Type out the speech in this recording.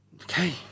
Okay